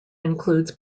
includes